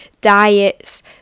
diets